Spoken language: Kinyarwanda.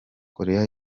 korea